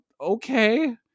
okay